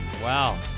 Wow